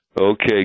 Okay